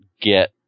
get